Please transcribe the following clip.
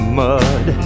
mud